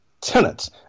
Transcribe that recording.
tenants